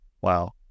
wow